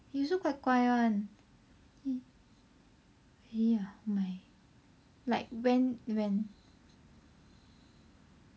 he also quite 乖 [one] really ah oh my like when when